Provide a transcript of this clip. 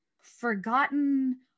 forgotten